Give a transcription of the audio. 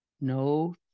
No